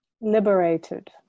liberated